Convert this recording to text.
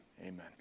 amen